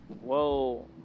Whoa